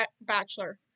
bachelor